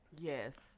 yes